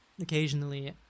occasionally